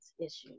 issues